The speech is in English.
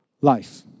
life